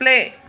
play